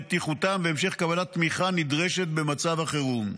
בטיחותם והמשך קבלת תמיכה נדרשת במצב החירום.